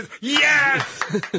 yes